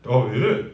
oh is it